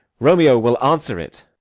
romeo will answer it.